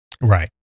right